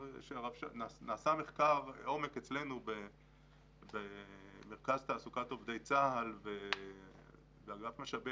נעשה מחקר עומק אצלנו במרכז תעסוקת עובדי צה"ל באגף משאבי